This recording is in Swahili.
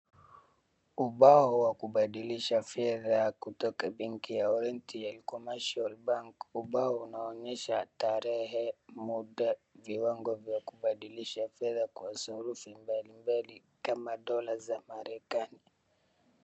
Ubao wa kubadilisha fedha kutoka benki ya Oriental Commercial Bank. Ubao unaonyesha tarehe, muda, viwango vya kubadilisha fedha kwa sarufi mbali mbali kama dola za Marekani.